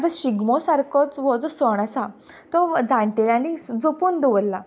आतां शिगमो सारकोच हो जो सण आसा तो जाणटेल्यांनी जो जपून दवरला